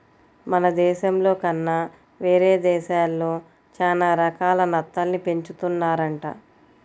మన దేశంలో కన్నా వేరే దేశాల్లో చానా రకాల నత్తల్ని పెంచుతున్నారంట